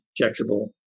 injectable